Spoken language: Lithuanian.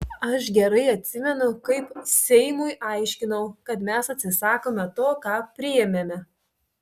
aš gerai atsimenu kaip seimui aiškinau kad mes atsisakome to ką priėmėme